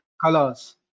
colors